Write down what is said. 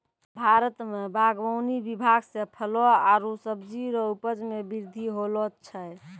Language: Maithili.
भारत मे बागवानी विभाग से फलो आरु सब्जी रो उपज मे बृद्धि होलो छै